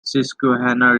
susquehanna